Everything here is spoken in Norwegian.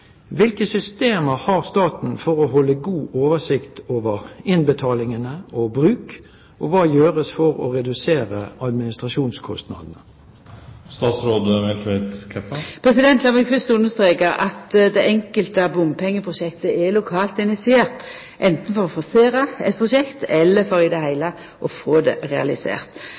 Hvilke systemer har staten for å holde god oversikt over innbetaling og bruk, og hva gjøres for å redusere administrasjonskostnader?» Lat meg fyrst streka under at det einskilde bompengeprosjektet er lokalt initiert, anten for å forsera eit prosjekt eller for i det heile å få det realisert.